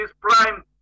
prime